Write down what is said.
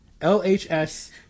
LHS